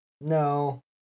No